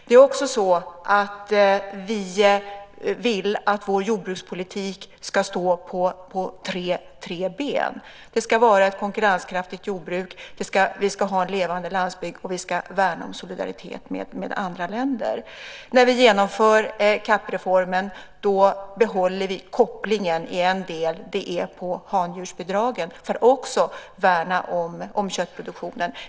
Vi vill också att vår jordbrukspolitik ska stå på tre ben. Vi ska ha ett konkurrenskraftigt jordbruk, vi ska ha en levande landsbygd, och vi ska värna om solidariteten med andra länder. När vi genomför CAP-reformen behåller vi kopplingen i en del - det är på handjursbidragen - för att också värna om köttproduktionen.